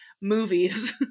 movies